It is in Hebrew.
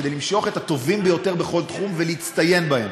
כדי למשוך את הטובים ביותר בכל תחום ולהצטיין בו.